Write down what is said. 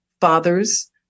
father's